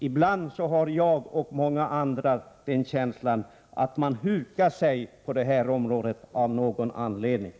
Ibland har jag och många andra känslan att man av någon anledning hukar sig på detta område.